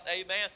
Amen